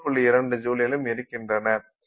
2 ஜூலிலும் இருக்கின்றன